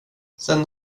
sen